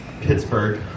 Pittsburgh